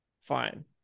Fine